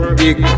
big